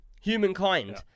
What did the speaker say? humankind